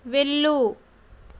వెళ్ళుము